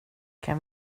kan